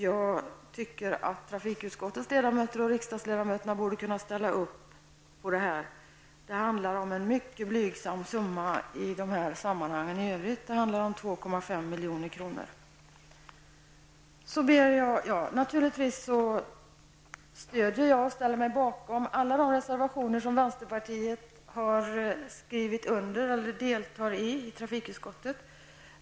Jag tycker att trafikutskottets ledamöter och riksdagsledamöterna borde kunna ställa upp på detta. Det handlar om en mycket blygsam summa i dessa sammanhang, nämligen 2,5 milj.kr. Naturligtvis stöder jag och ställer mig bakom alla de reservationer till trafikutskottets hemställan som vänsterpartiet har skrivit under eller deltagit i.